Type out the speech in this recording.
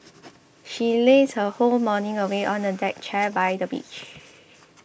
she lazed her whole morning away on a deck chair by the beach